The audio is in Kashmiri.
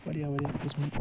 واریاہ واریاہ قٕسمچہ